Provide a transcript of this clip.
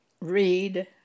read